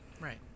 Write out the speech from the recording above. Right